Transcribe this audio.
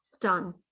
Done